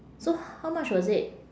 so how much was it